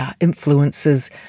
influences